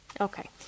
Okay